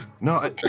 No